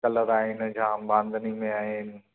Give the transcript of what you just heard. colour आहिनि जाम वांङनी में आहिनि